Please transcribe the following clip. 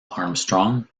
armstrong